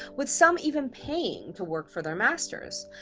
with some even paying to work for their masters.